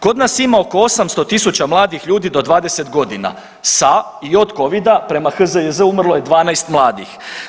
Kod nas ima oko 800 000 mladih ljudi do 20 godina sa i od covida prema HZJZ umrlo je 12 mladih.